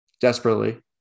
Desperately